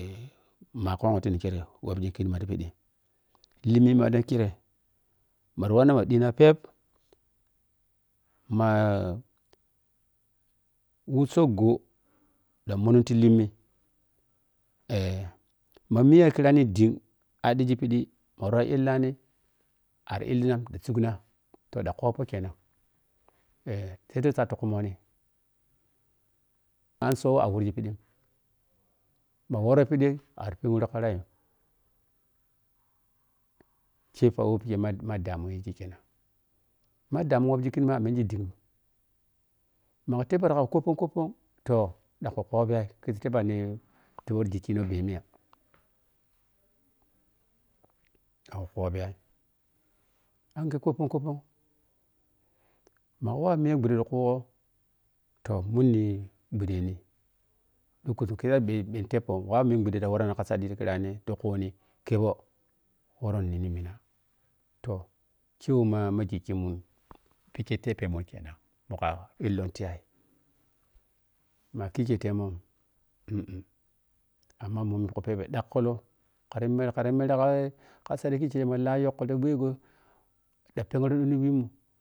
makhumu ti ni khere wap gi kin ma tipidi limme malang kirei mari wanna ma dina pep ma’a wusso gho dan munum ni limme ma miya khirani ding aƌƌigipiƌi wuro illani ari illinam ta sugna tohƌa koupou kenan sai dai sattu khumoni, am sau o wargi piƌim, ma wormi pidi arri pen gal ka rai yini kei polo wei m damun yigi pikkhe kenani ma dam wap gi kimna o manji ding. Ma kha tappou ta kaha koppon koppon toh ƌa ku kopiya khigi teppanni tubor gigki nokamiya khu khobiyai, angeh koppon-koppon ma kei wau miya wei gbu de ti khugo toh munni ghude ni dukkuzum khgi yadda ɓei ni tappou ma kha weau minghode ta wattu kha sadi ti khuni khebo moron nini mina toh kei wei ma gigki mun khike wei teppemun kenan mun kha illon tiyai ma khike temou amma mbomi khu phebe ƌakkuwu khara yi mere kharayi mere kha sadi khikei ma la yokkol ta wei gho dan penkhuru